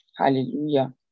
Hallelujah